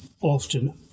often